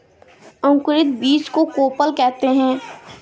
अंकुरित बीज को कोपल कहते हैं